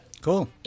Cool